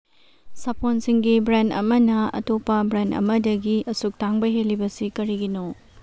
ꯁꯥꯄꯣꯟꯁꯤꯡꯒꯤ brand ꯑꯃꯅ ꯑꯇꯣꯞꯄ brand ꯑꯃꯗꯒꯤ ꯑꯁꯨꯛ ꯇꯥꯡꯕ ꯍꯦꯜꯂꯤꯕꯁꯤ ꯀꯔꯤꯒꯤꯅꯣ